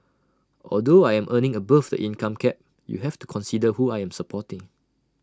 although I am earning above the income cap you have to consider who I am supporting